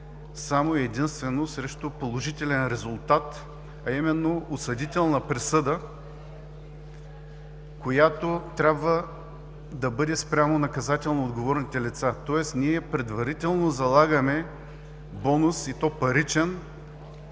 само и единствено срещу положителен резултат, а именно осъдителна присъда, която трябва да бъде спрямо наказателно отговорните лица, тоест, ние предварително залагаме бонус и то паричен,